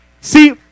See